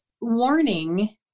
warning